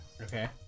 Okay